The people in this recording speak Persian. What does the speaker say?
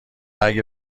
اگه